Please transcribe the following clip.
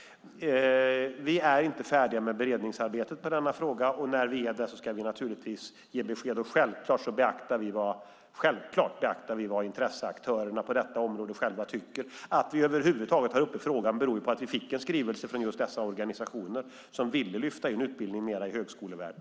Vi är inte färdiga med beredningsarbetet i denna fråga, och när vi är det ska vi naturligtvis ge besked. Självklart beaktar vi vad intresseaktörerna på detta område själva tycker. Att vi över huvud taget har frågan uppe beror ju på att vi fick en skrivelse från just dessa organisationer som ville lyfta in utbildningen mer i högskolevärlden.